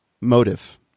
motive